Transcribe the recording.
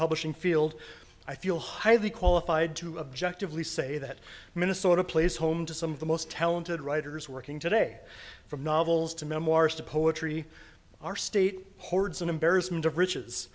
publishing field i feel highly qualified to objective lee say that minnesota plays home to some of the most talented writers working today from novels to memoirs to poetry are state hoards an embarrassment of riches